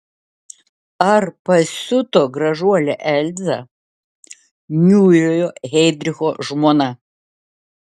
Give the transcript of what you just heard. ar pasiuto gražuolė elza niūriojo heidricho žmona